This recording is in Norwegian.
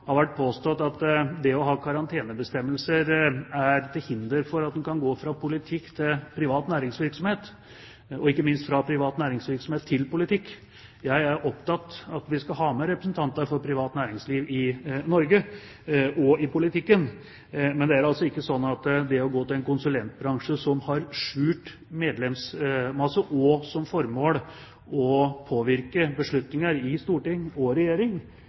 har det vært påstått at det å ha karantenebestemmelser er til hinder for at man kan gå fra politikk til privat næringsvirksomhet og, ikke minst, fra privat næringsvirksomhet til politikk. Jeg er opptatt av at vi skal ha med representanter for privat næringsliv i Norge også i politikken. Men det er altså ikke slik at en konsulentbransje som har skjult medlemsmasse, og som har som formål å påvirke beslutninger i storting og regjering,